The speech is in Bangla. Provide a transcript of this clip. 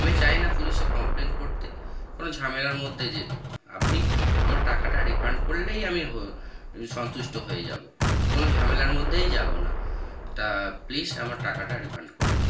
আমি চাই না পুলিশে কমপ্লেন করতে কোনো ঝামেলার মধ্যে যেতে আপনি আমার টাকাটা রিফান্ড করলেই আমি হ সন্তুষ্ট হয়ে যাবো কোনো ঝামেলার মধ্যেই যাবো না তা প্লিস আমার টাকাটা রিফান্ড করে দিন